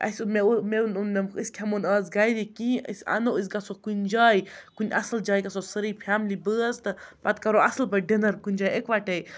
اَسہِ اوٚن مےٚ مےٚ ووٚن أسۍ کھٮ۪مو نہٕ آز گَرِ کِہیٖنۍ أسۍ اَنو أسۍ گژھو کُنہِ جاے کُنہِ اَصٕل جاے گژھو سٲرٕے فیملی بٲژ تہٕ پَتہٕ کَرو اَصٕل پٲٹھۍ ڈِنَر کُنہِ جاے اِکوَٹَے